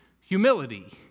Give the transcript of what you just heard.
humility